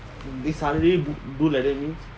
they suddenly do like that then